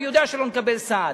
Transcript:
אני יודע שלא נקבל סעד,